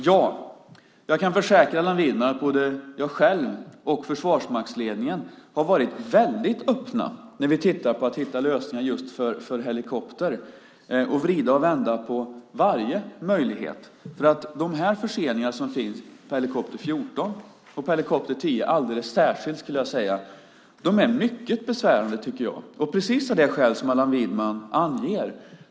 Jag kan försäkra Allan Widman att både jag själv och försvarsmaktsledningen har varit väldigt öppna när vi har tittat på att hitta lösningar för just helikopter och har vridit och vänt på varje möjlighet. De förseningar som finns med helikopter 14 och alldeles särskilt helikopter 10, skulle jag säga, är mycket besvärande tycker jag, precis av det skäl som Allan Widman anger.